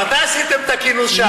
מתי עשיתם את הכינוס שעבר?